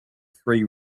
three